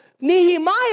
Nehemiah